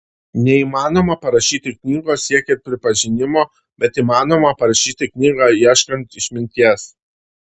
neįmanoma parašyti knygos siekiant pripažinimo bet įmanoma parašyti knygą ieškant išminties